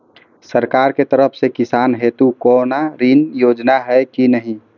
सरकार के तरफ से किसान हेतू कोना ऋण योजना छै कि नहिं?